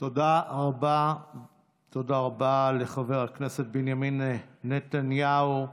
תודה רבה לחבר הכנסת בנימין נתניהו.